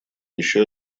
еще